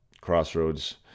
Crossroads